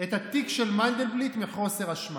את התיק של מנדלבליט מחוסר אשמה.